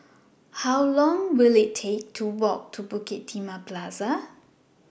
How Long Will IT Take to Walk to Bukit Timah Plaza